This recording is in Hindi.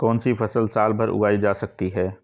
कौनसी फसल साल भर उगाई जा सकती है?